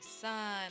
son